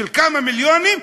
של כמה מיליונים,